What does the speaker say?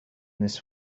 this